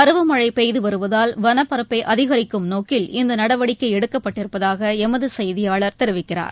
பருவ மழை பெய்து வருவதால் வனப்பரப்பை அதிகரிக்கும் நோக்கில் இந்த நடவடிக்கை எடுக்கப்பட்டிருப்பதாக எமது செய்தியாளர் தெரிவிக்கிறார்